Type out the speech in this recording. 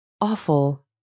awful